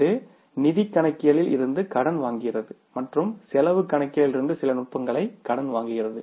இது நிதிக் கணக்கியலில் இருந்து கடன் வாங்குகிறது மற்றும் செலவு கணக்கியலில் இருந்து சில நுட்பங்களை கடன் வாங்குகிறது